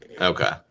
Okay